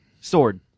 Sword